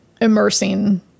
immersing